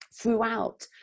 throughout